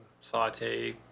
saute